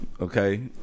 Okay